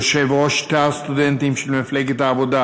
יושב-ראש תא הסטודנטים של מפלגת העבודה,